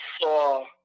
saw